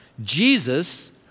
Jesus